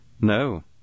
No